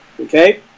Okay